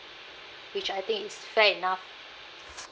which I think is fair enough